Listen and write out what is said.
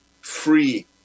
free